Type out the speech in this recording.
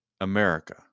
America